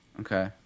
Okay